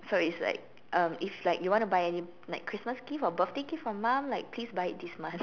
so if like um if like you want to buy any like Christmas gifts or birthday gifts for mom like please buy it this month